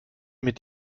mit